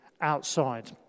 outside